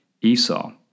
Esau